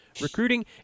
recruiting